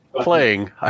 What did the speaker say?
playing